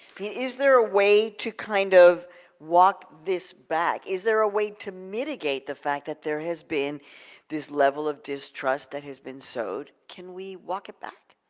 is there a way to kind of walk this back? is there a way to mitigate the fact that there has been this level of distrust that has been sowed? can we walk it back?